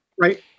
Right